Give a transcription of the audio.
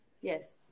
Yes